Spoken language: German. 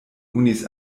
unis